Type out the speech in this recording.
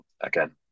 again